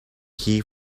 key